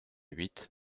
huit